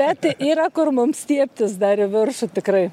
bet yra kur mum stiebtis dar į viršų tikrai